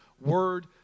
word